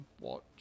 Watch